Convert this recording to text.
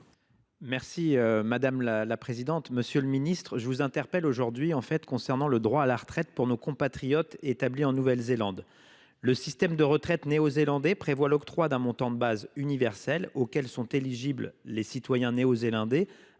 des affaires étrangères. Monsieur le ministre, je vous interpelle aujourd’hui au sujet du droit à la retraite de nos compatriotes établis en Nouvelle-Zélande. Le système de retraite néo-zélandais prévoit l’octroi d’un montant de base universel auquel sont éligibles les citoyens néo-zélandais,